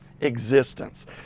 existence